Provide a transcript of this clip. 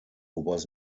was